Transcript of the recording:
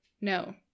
No